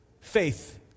faith